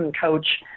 coach